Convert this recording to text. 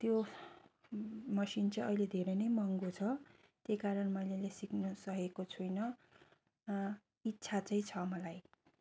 त्यो मसिन चाहि अहिले धेरै नै महँगो छ त्यही कारण मैले अहिले सिक्नु सकेको छुइनँ इच्छा चाहिँ छ मलाई